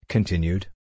Continued